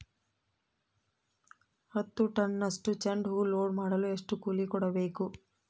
ಹತ್ತು ಟನ್ನಷ್ಟು ಚೆಂಡುಹೂ ಲೋಡ್ ಮಾಡಲು ಎಷ್ಟು ಕೂಲಿ ಕೊಡಬೇಕು?